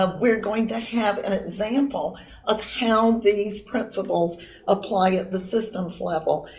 ah we're going to have an example of how these principles apply at the systems level.